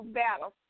battle